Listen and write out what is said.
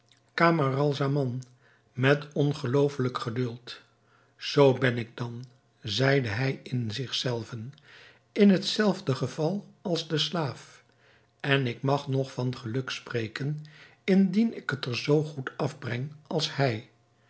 camaralzaman met ongeloofelijk geduld zoo ben ik dan zeide hij in zich zelven in het zelfde geval als de slaaf en ik mag nog van geluk spreken indien ik het er zoo goed afbreng als hij